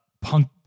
Punk